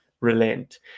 relent